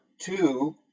two